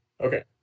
Okay